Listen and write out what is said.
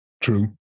True